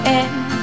end